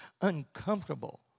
uncomfortable